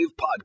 Podcast